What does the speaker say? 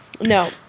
No